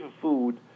food